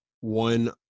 one